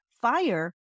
Fire